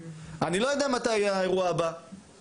אני לא יודע מתי יהיה האירוע הבא,